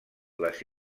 les